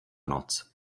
noc